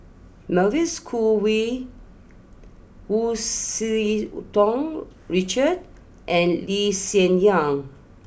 Mavis Khoo Oei Hu Tsu Tau Richard and Lee Hsien Yang